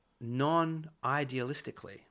non-idealistically